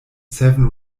seven